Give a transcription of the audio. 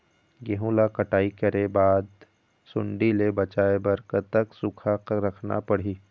गेहूं ला कटाई करे बाद सुण्डी ले बचाए बर कतक सूखा रखना पड़ही?